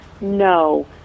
No